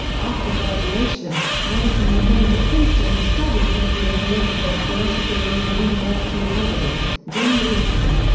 after graduation, madison remained at princeton to study hebrew and political philosophy under the university president, john witherspoon,